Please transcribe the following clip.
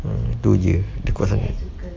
mm tu jer dia kuat sangat